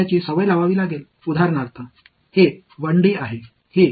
நீங்கள் சிக்கலின் பரிமாணத்தைப் பொருட்படுத்தாமல் பழக வேண்டிய ஒரு சிறிய விஷயம் உள்ளது